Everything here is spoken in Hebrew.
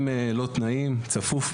והעבירו גם צילומים,